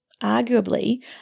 arguably